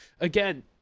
again